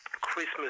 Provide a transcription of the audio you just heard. Christmas